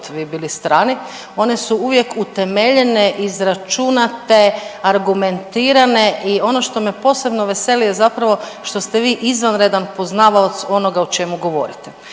vi bili strani, one su uvijek utemeljene, izračunate, argumentirane i ono što me posebno veseli je zapravo što ste vi izvanredan poznavaoc onoga o čemu govorite.